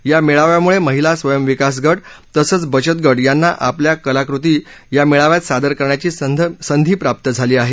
या मेळाव्यामुळे महिला स्वयं विकास गट तसंच बचतगट यांना आपली कलाकृती या मेळाव्यात सादर करण्याची संधी प्राप्त झाली आहे